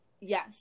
Yes